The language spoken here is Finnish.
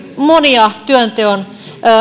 monia työnteon